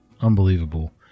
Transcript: unbelievable